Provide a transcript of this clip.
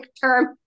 term